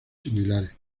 similares